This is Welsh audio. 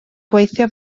gweithio